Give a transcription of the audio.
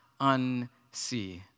unsee